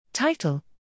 Title